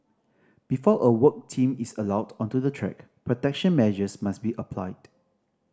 before a work team is allowed onto the track protection measures must be applied